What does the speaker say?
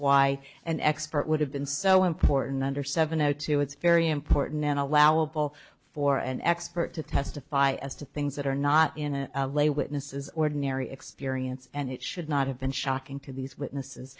why an expert would have been so important under seven o two it's very important in allowable for an expert to testify as to things that are not in a lay witnesses ordinary experience and it should not have been shocking to these witnesses